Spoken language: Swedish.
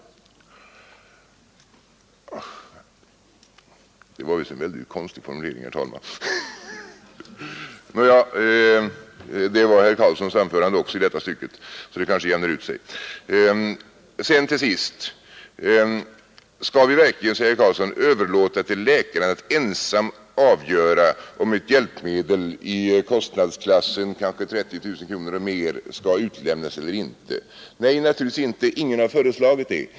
— Det här var visst väldigt konstigt formulerat, herr talman. Nåja, det var herr Karlssons anförande också i detta stycke, så det kanske jämnar ut sig. Skall vi verkligen, säger herr Karlsson, överlåta till läkaren att ensam avgöra om ett hjälpmedel, kanske i kostnadsklassen 30 000 kronor och mer, skall utlämnas eller inte? Nej, naturligtvis inte, ingen har föreslagit det.